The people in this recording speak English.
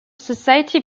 society